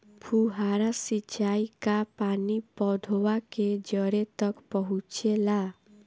फुहारा सिंचाई का पानी पौधवा के जड़े तक पहुचे ला?